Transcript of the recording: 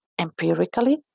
empirically